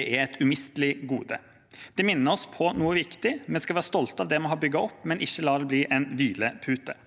er et umistelig gode.» Det minner oss på noe viktig: Vi skal være stolte av det vi har bygget opp, men ikke la det bli en hvilepute.